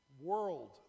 world